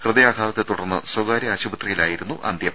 ഹൃദയാഘാതത്തെത്തുടർന്ന് സ്വകാര്യ ആശുപത്രിയിലായിരുന്നു അന്ത്യം